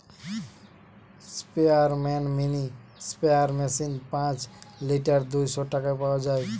স্পেয়ারম্যান mini sprayer machine পাঁচ litre দুইশ টাকায় পাওয়া যায়